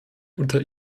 unter